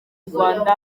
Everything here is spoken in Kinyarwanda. rwanda